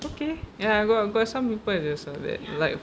okay ya got some people just like that like